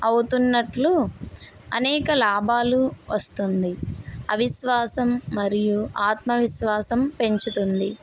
అవుతున్నట్లు అనేక లాభాలు వస్తుంది అవిశ్వాసం మరియు ఆత్మవిశ్వాసం పెంచుతుంది